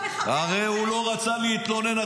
הרי הוא לא רצה להתלונן.